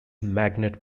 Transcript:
magnet